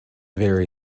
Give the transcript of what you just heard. very